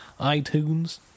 itunes